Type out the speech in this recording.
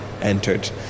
entered